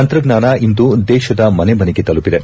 ತಂತ್ರಜ್ಞಾನ ಇಂದು ದೇಶದ ಮನೆ ಮನೆಗೆ ತಲುಪಿದೆ